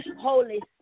Holy